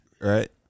right